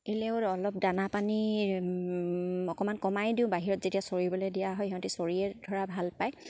লেও অলপ দানা পানী অকমান কমাই দিওঁ বাহিৰত যেতিয়া চৰিবলে দিয়া হয় সিহঁতি চৰিয়ে ধৰা ভাল পায়